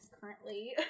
currently